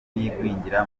n’igwingira